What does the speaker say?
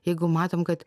jeigu matom kad